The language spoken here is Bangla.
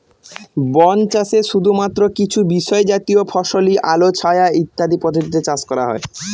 বন চাষে শুধুমাত্র কিছু বিশেষজাতীয় ফসলই আলো ছায়া ইত্যাদি পদ্ধতিতে চাষ করা হয়